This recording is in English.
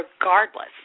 regardless